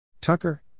tucker